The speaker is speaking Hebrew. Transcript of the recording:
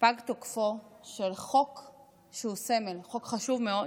פג תוקפו של חוק שהוא סמל, חוק חשוב מאוד,